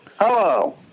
Hello